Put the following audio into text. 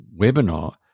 webinar